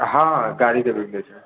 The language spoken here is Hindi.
हाँ हाँ गाड़ी के भी बीच में